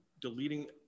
deleting